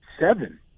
seven